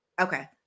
Okay